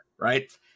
right